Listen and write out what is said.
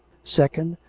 second,